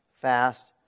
fast